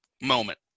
moment